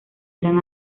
eran